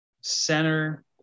center